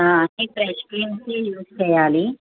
అన్నీ fresh creams use చేయాలి